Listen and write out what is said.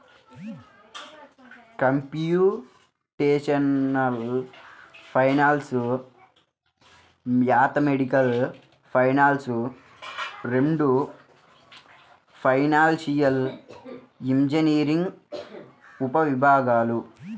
computational finance, mathematical finance రెండూ financial engineering ఉపవిభాగాలు